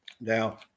Now